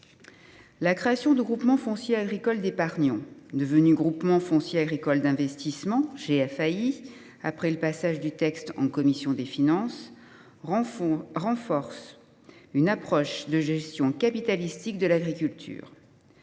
La création de groupements fonciers agricoles d’épargnants, devenus groupements fonciers agricoles d’investissement après le passage du texte en commission des finances, renforce une approche de gestion capitalistique de l’agriculture